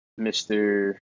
Mr